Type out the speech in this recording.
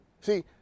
See